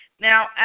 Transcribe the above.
Now